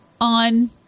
on